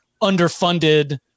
underfunded